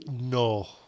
no